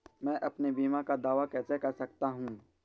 मैं अपने बीमा का दावा कैसे कर सकता हूँ?